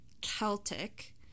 Celtic